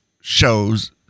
shows